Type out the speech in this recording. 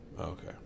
Okay